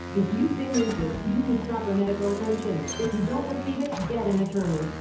if you've been injured, you need proper medical attention. if you don't receive it, get an attorney.